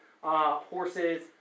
horses